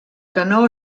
canó